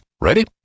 Ready